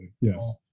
yes